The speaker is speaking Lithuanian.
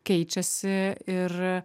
keičiasi ir